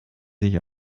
sich